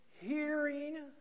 hearing